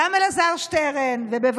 נבל זה ראשי תיבות של נפתלי, בנט,